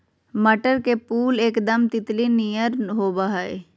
मटर के फुल एकदम तितली नियर होबा हइ